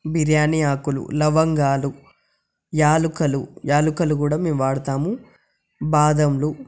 బిర్యానీ ఆకులు లవంగాలు యాలకులు యాలకులు కూడా మేము వాడతాము బాదంలు